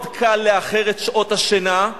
מאוד קל לאחר את שעות השינה,